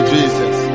Jesus